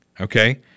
okay